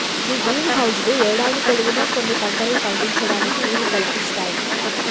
గీ greenhouse లు యేడాది పొడవునా కొన్ని పంటలను పండించటానికి ఈలు కల్పిస్తాయి